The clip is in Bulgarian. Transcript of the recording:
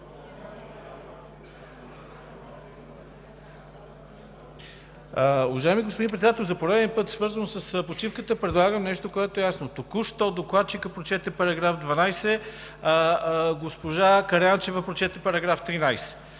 Уважаеми господин Председател, за пореден път, свързано с почивката, предлагам нещо, което е ясно. Току-що докладчикът прочете § 13, а госпожа Караянчева прочете § 12.